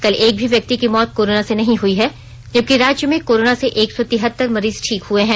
कल एक भी व्यक्ति की मौत कोरोना से नहीं हई हैं जबकि राज्य में कोरोना से एक सौ तिहतर मरीज ठीक हए हैं